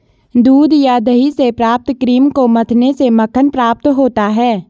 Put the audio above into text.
दूध या दही से प्राप्त क्रीम को मथने से मक्खन प्राप्त होता है?